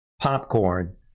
popcorn